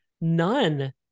none